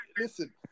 Listen